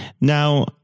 Now